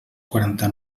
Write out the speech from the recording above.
quaranta